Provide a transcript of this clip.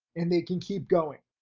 and they can keep going.